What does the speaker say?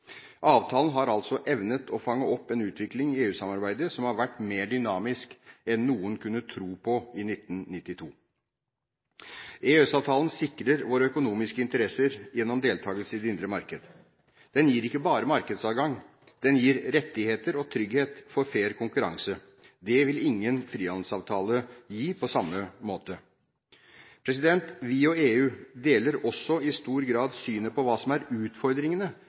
Avtalen har altså evnet å fange opp en utvikling i EU-samarbeidet som har vært mer dynamisk enn noen kunne tro på i 1992. EØS-avtalen sikrer våre økonomiske interesser gjennom deltakelse i det indre marked. Den gir ikke bare markedsadgang. Den gir rettigheter og trygghet for fair konkurranse. Det vil ingen frihandelsavtale gi på samme måte. Vi og EU deler også i stor grad synet på hva som er utfordringene